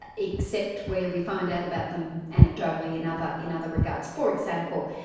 ah except where we find out about them anecdotally in other in other regards. for example,